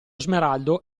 smeraldo